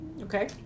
Okay